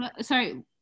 sorry